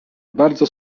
bardzo